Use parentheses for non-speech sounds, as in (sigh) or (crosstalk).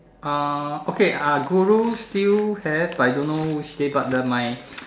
uh okay uh guru still have but I don't know which day but the my (noise)